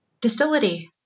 distillery